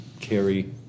carry